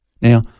Now